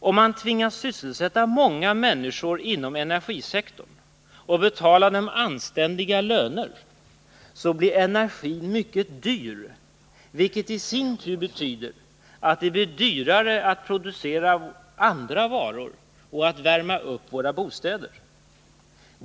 Om man tvingas sysselsätta många människor inom energisektorn och betalar dem anständiga löner, blir energin mycket dyr, vilket i sin tur betyder att det blir dyrare att producera andra varor och att värma upp våra bostäder.